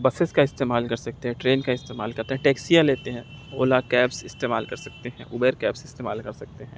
buses کا استعمال کر سکتے ہیں ٹرین کا استعمال کرتے ہیں ٹکسیاں لیتے ہیں اولا کیبس استعمال کر سکتے ہیں اوبر کیبس استعمال کر سکتے ہیں